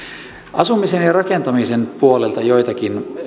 asumisen ja rakentamisen puolelta joitakin